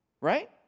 Right